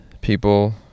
people